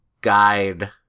guide